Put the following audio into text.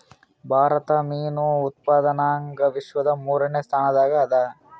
ಭಾರತ ಮೀನು ಉತ್ಪಾದನದಾಗ ವಿಶ್ವದ ಮೂರನೇ ಸ್ಥಾನದಾಗ ಅದ